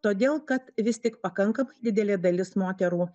todėl kad vis tik pakankamai didelė dalis moterų